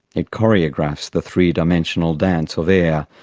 it choreographs the three dimensional dance of air,